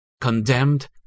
condemned